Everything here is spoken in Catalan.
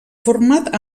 format